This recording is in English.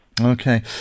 Okay